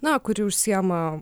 na kuri užsiima